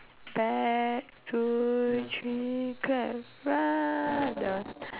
back two three clap run that one